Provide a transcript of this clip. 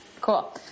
cool